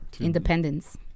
independence